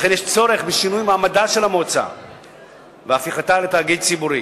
לכן יש צורך בשינוי מעמדה של המועצה והפיכתה לתאגיד ציבורי,